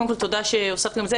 קודם כול, תודה שהוספתם את זה.